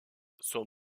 son